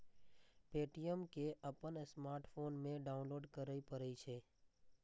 Paytm कें अपन smartphone मे डाउनलोड करय पड़ै छै